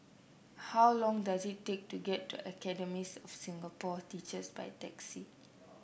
how long does it take to get to Academy of Singapore Teachers by taxi